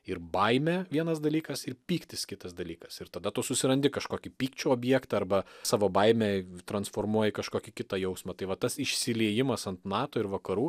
ir baimė vienas dalykas ir pyktis kitas dalykas ir tada tu susirandi kažkokį pykčio objektą arba savo baime transformuoji į kažkokį kitą jausmą tai va tas išsiliejimas ant nato ir vakarų